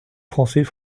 français